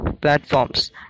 platforms